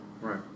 Right